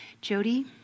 Jody